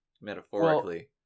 metaphorically